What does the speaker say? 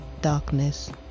darkness